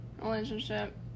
relationship